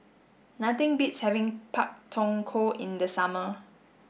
nothing beats having Pak Thong Ko in the summer